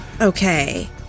Okay